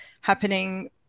happening